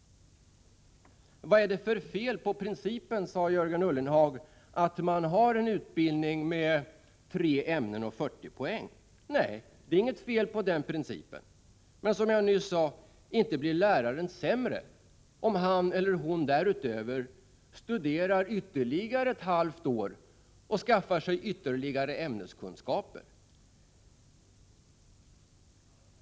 Jörgen Ullenhag frågade vad det är för fel på principen att man har en utbildning omfattande tre ämnen om 40 poäng. Det är inget fel på den principen. Men, som jag nyss sade, inte blir läraren sämre om han eller hon därutöver studerar ett halvår till och skaffar sig ytterligare ämneskunskaper.